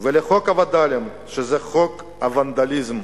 ולחוק הווד”לים, שזה חוק הוונדליזם,